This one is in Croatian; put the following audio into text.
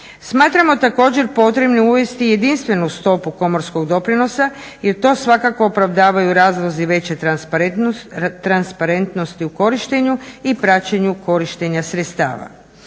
Smatramo također potrebnim uvesti jedinstvenu stopu komorskog doprinosa jer to svakako opravdavaju razlozi veće transparentnosti u korištenju i praćenju korištenja sredstava.